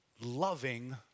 loving